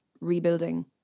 rebuilding